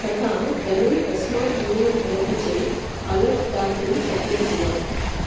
तथा धनं तस्मात् न्यूनं भवति चेत् अलर्ट् दातुं शक्नोसि वा